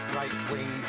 right-wing